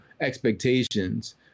expectations